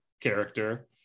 character